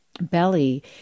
belly